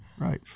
right